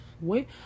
Wait